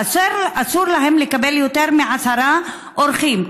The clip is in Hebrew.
ואסור להם לקבל יותר מעשרה אורחים,